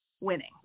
winning